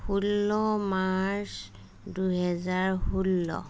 ষোল্ল মাৰ্চ দুহেজাৰ ষোল্ল